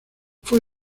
fue